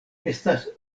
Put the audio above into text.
estas